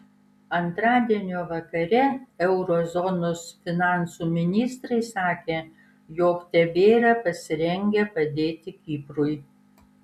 antradienio vakare euro zonos finansų ministrai sakė jog tebėra pasirengę padėti kiprui